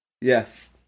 Yes